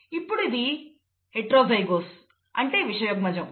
ఇప్పుడు ఇక్కడ ఇది హెట్రోజైగోస్ అంటే విషమయుగ్మజము